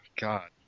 god